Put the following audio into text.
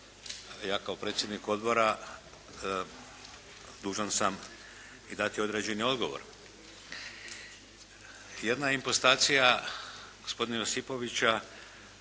ja kao predsjednik Odbora dužan sam i dati određeni odgovor. Jedna … /Govornik se ne razumije./ … gospodina Josipovića